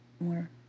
more